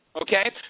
Okay